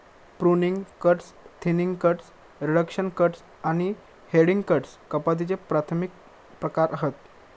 pruning cuts, thinning cuts, reduction cuts आणि heading cuts कपातीचे प्राथमिक प्रकार हत